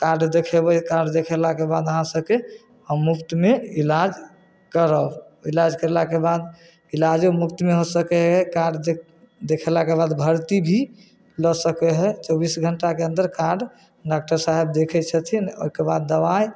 card देखेबै card देखेलाके बाद अहाँसभके हम मुफ्तमे इलाज करब इलाज कएलाके बाद इलाजो मुफ्तमे हो सकै हइ कार्ड देखेलाके बाद भर्ती भी लऽ सकै हइ चौबीस घण्टाके अन्दर कार्ड डॉक्टर साहब देखै छथिन ओहिके बाद दवाइ